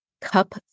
cup